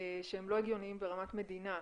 שלא הגיוניים ברמת מדינה.